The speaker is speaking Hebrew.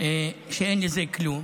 שאין בזה כלום,